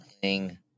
playing